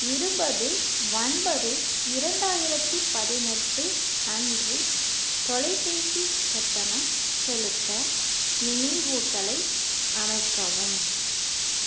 இருபது ஒன்பது இரண்டாயிரத்தி பதினெட்டு அன்று தொலைபேசி கட்டணம் செலுத்த நினைவூட்டலை அமைக்கவும்